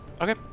Okay